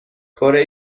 کره